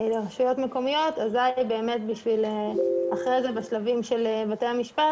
לרשויות מקומיות אזי באמת אחרי זה בשלבים של בתי המשפט